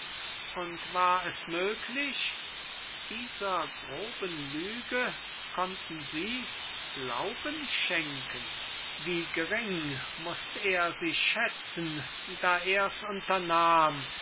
und war es möglich dieser groben lüge konnten sie glauben schenken wie gering mußt er sie schätzen da ers unternahm